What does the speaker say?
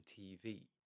tv